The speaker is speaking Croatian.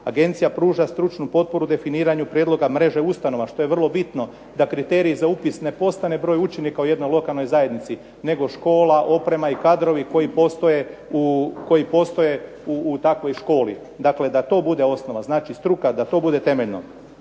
Agencija pruža stručnu potporu definiranju prijedloga mreže ustanova, što je vrlo bitno da kriterij za upis ne postane broj učenika u jednoj lokalnoj zajednici, nego škola, oprema i kadrovi koji postoje u takvoj školi. Dakle da to bude osnova, znači struka, da to bude temeljno.